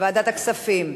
ועדת הכספים.